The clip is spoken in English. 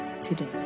today